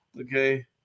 Okay